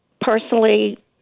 personally